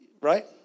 Right